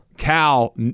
Cal